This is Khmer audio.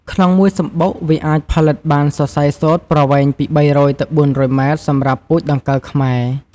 ក្នុងមួយសំបុក វាអាចផលិតបានសរសៃសូត្រប្រវែងពី៣០០ ទៅ៤០០ម៉ែត្រ សម្រាប់ពូជដង្កូវខ្មែរ។